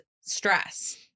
stress